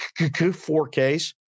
4Ks